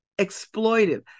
exploitive